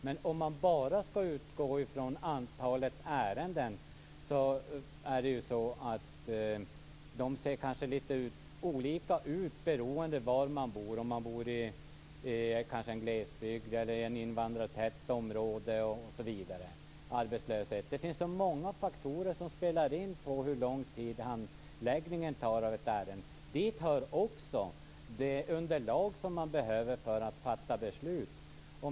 Men om man bara skall utgå från antalet ärenden ser det kanske lite olika ut beroende på var man bor, om man bor i en glesbygd, i ett invandrartätt område, i ett område med mycket arbetslöshet, osv. Det finns så många faktorer som spelar in när det gäller hur lång tid handläggningen av ett ärende tar. Dit hör också det underlag som man behöver för att fatta beslut.